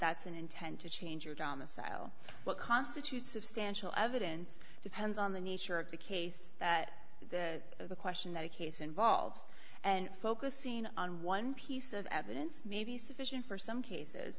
that's an intent to change or domicile what constitutes substantial evidence depends on the nature of the case that the of the question that a case involves and focusing on one piece of evidence may be sufficient for some cases